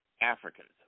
Africans